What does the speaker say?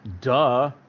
duh